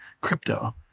crypto